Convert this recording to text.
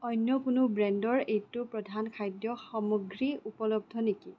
অন্য কোনো ব্ৰেণ্ডৰ এইটো প্ৰধান খাদ্য সামগ্ৰী উপলব্ধ নেকি